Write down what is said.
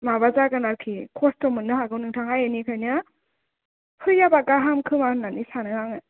माबा जागोन आरखि खस्थ' मोननो हागौ नोंथाङा बेनिखायनो फैयाब्ला गाहाम खोमा होननानै सानो आङो